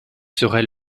serait